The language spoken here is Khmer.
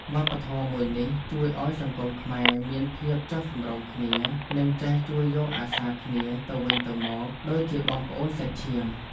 វប្បធម៌មួយនេះជួយឱ្យសង្គមខ្មែរមានភាពចុះសម្រុងគ្នានិងចេះជួយយកអាសារគ្នាទៅវិញទៅមកដូចជាបងប្អូនសាច់ឈាម។